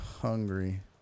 hungry